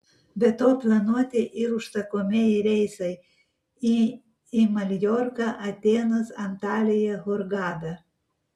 be to planuoti ir užsakomieji reisai į į maljorką atėnus antaliją hurgadą